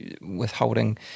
Withholding